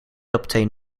obtain